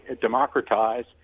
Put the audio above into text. democratize